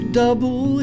double